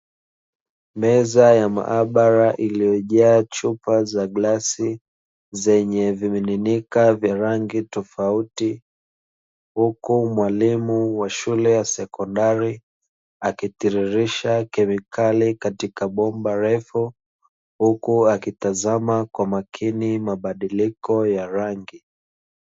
Meza ya maabara iliyojaa chupa za glasi zenye vimiminika vya rangi tofauti, huku mwalimu wa shule ya sekondari akitiririsha kemikali katika bomba refu, huku akitazama kwa makini mabadiliko ya rangi.